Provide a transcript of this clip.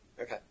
okay